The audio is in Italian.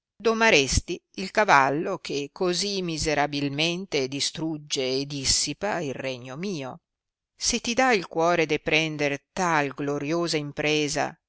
di altrui domaresti il cavallo che così miserabilmente distrugge e dissipa il regno mio se ti dà il cuore de prendere tal gloriosa impresa